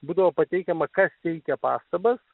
būdavo pateikiama kas teikia pastabas